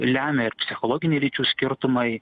lemia ir psichologiniai lyčių skirtumai